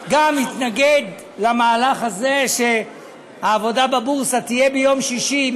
התנגד למהלך הזה, שהעבודה בבורסה תהיה ביום שישי.